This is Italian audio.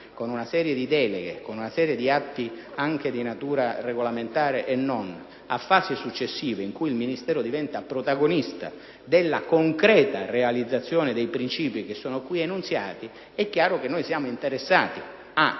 con una serie di deleghe e di atti di natura regolamentare e non, a fasi successive in cui il Ministero diventa protagonista della concreta realizzazione dei principi che sono qui enunciati: è chiaro pertanto che noi siamo interessati a